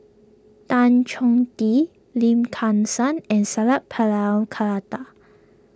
Tan Chong Tee Lim come San and Sat Pal Khattar